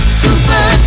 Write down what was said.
super